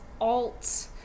alt